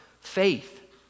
faith